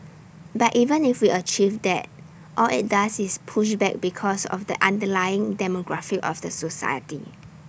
but even if we achieve that all IT does is push back because of the underlying demographic of the society